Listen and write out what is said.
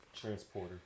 Transporter